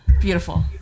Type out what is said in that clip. Beautiful